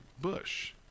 bush